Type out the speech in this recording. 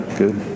good